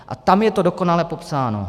A tam je to dokonale popsáno.